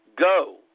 go